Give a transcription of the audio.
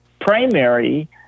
primary